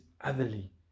otherly